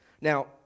Now